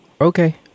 Okay